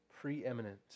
preeminent